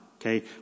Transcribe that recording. okay